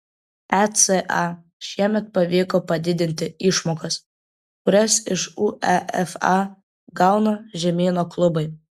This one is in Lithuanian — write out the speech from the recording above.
eca šiemet pavyko padidinti išmokas kurias iš uefa gauna žemyno klubai